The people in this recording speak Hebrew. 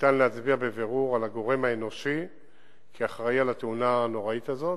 אפשר להצביע בבירור על הגורם האנושי כאחראי לתאונה הנוראית הזאת.